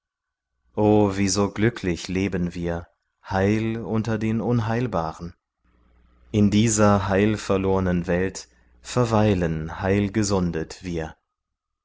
o wie so glücklich leben wir heil unter den unheilbaren in dieser heilverlornen welt verweilen heilgesundet wir